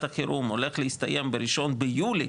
החירום הולך להסתיים בתאריך ה-1 ביולי,